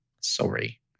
Sorry